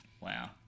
Wow